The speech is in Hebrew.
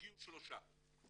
הגיעו שלושה.